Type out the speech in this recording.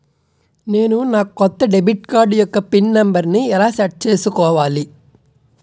నేను నా కొత్త డెబిట్ కార్డ్ యెక్క పిన్ నెంబర్ని ఎలా సెట్ చేసుకోవాలి?